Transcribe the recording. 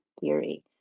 theory